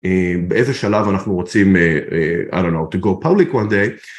באיזה שלב אנחנו רוצים to go public one day.